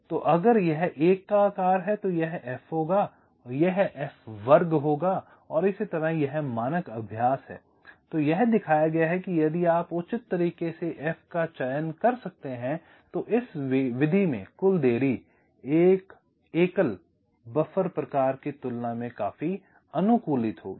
तो अगर यह 1 का आकार है तो यह f होगा यह f वर्ग होगा और इसी तरह यह मानक अभ्यास है यह दिखाया गया है कि यदि आप उचित तरीके से f का चयन कर सकते हैं तो इस विधि में कुल देरी एक एकल बफर प्रकार की तुलना में काफी अनुकूलित होगी